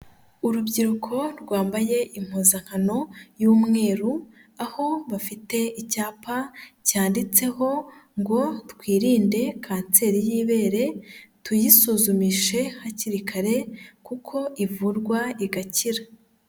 Urubyiruko rwambaye impuzankano y'umweru aho bafite icyapa cyanditseho ngo twirinde kanseri y'ibere, tuyisuzumishe hakiri kare kuko ivurwa igakira.